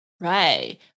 Right